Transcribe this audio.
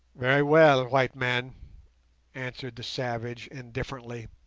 very well, white man answered the savage indifferently